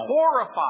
horrified